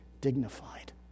dignified